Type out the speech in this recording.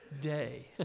day